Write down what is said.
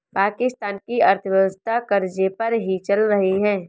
पाकिस्तान की अर्थव्यवस्था कर्ज़े पर ही चल रही है